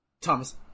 Thomas